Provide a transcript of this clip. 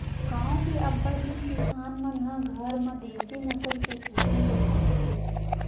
गाँव के अब्बड़ झन किसान मन ह घर म देसी नसल के कुकरी ल पोसथे